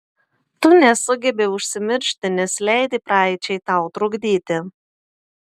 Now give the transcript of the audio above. tu nesugebi užsimiršti nes leidi praeičiai tau trukdyti